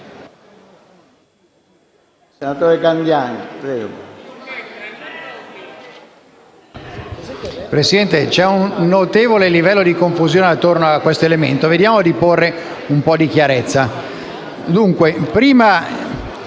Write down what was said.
Presidente, c'è un notevole livello di confusione intorno a questo elemento. Vediamo di fare un po' di chiarezza. Nel suo